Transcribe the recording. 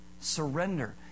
Surrender